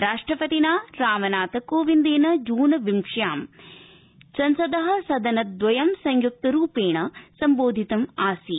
राष्ट्रपतिना रामनाथकोविंदेन जून विंश्यां संसद सदनद्वयं संयुक्तरूपेण संबोधितमासीत्